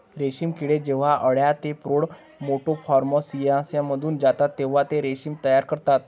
रेशीम किडे जेव्हा अळ्या ते प्रौढ मेटामॉर्फोसिसमधून जातात तेव्हा ते रेशीम तयार करतात